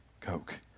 Coke